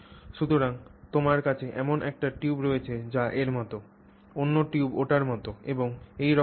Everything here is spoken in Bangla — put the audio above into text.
সুতরাং তোমার কাছে এমন একটি টিউব রয়েছে যা এর মতো অন্য টিউব ওটার মত এবং এই রকম সব